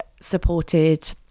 supported